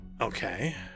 Okay